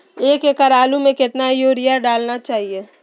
एक एकड़ आलु में कितना युरिया डालना चाहिए?